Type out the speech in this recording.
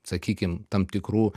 sakykim tam tikrų